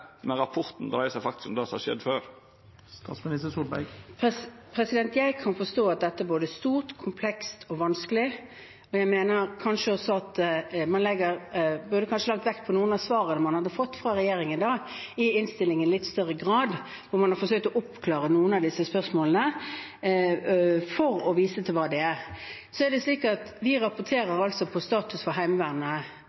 men rapporten dreier seg faktisk om det som har skjedd før. Jeg kan forstå at dette både er stort, komplekst og vanskelig. Jeg mener at man kanskje i litt større grad bør legge vekt på svarene man har fått fra regjeringen i innstillingen. Der har man forsøkt å oppklare noen av disse spørsmålene for å vise til hva det er. Vi rapporterer